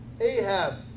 Ahab